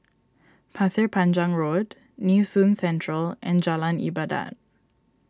Pasir Panjang Road Nee Soon Central and Jalan Ibadat